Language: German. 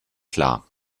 klar